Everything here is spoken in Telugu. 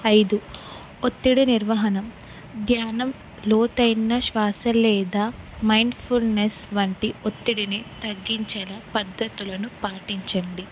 ఐదు ఒత్తిడి నిర్వహణం ధ్యానం లోతైన శ్వాస లేదా మైండ్ఫుల్నెస్ వంటి ఒత్తిడిని తగ్గించేల పద్ధతులను పాటించండి